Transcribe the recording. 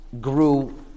grew